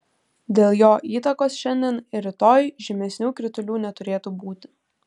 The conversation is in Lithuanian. dėl jo įtakos šiandien ir rytoj žymesnių kritulių neturėtų būti